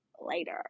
later